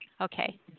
Okay